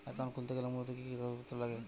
Account খুলতে গেলে মূলত কি কি কাগজপত্র লাগে?